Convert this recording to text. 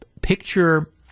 Picture